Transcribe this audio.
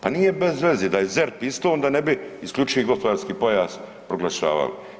Pa nije bez veze da je ZERP isto onda ne bi isključivi gospodarski pojas proglašavali.